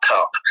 Cup